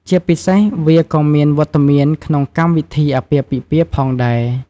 ជាពិសេសវាក៏មានវត្តមានក្នុង កម្មវិធីអាពាហ៍ពិពាហ៍ ផងដែរ។